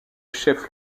chef